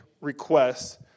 requests